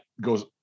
goes